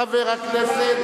ללא שום הצדקה אחרת,